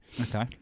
Okay